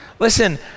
Listen